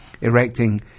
erecting